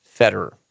Federer